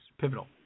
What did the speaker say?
Pivotal